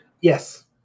Yes